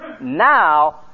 Now